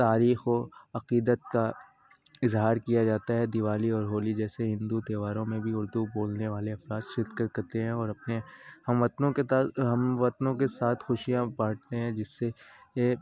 تاریخ و عقیدت کا اظہار کیا جاتا ہے دیوالی اور ہولی جیسے ہندو تہواروں میں بھی اردو بولنے والے افراد شرکت کر کرتے ہیں اور اپنے ہم وطنوں کے ہم وطنوں کے ساتھ خوشیاں بانٹتے ہیں جس سے